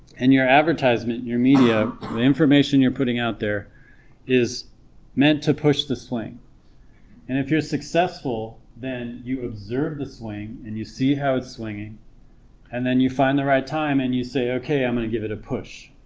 and your advertisement and your media, the information you're putting out there is meant to push the swing and if you're successful then you observe the swing and you see how its swinging and then you find the right time and you say okay i'm gonna give it a push